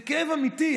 זה כאב אמיתי.